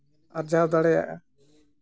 ᱟᱨᱡᱟᱣ ᱫᱟᱲᱮᱭᱟᱜᱼᱟ